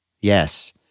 Yes